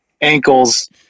ankles